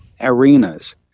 arenas